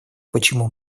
почему